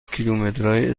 کیلومترهای